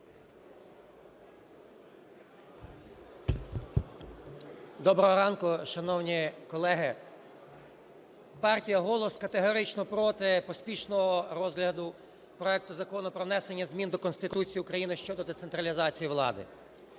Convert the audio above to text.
Доброго ранку, шановні колеги. Партія "Голос" категорично проти поспішного розгляду проекту Закону про внесення змін до Конституції України (щодо децентралізації влади).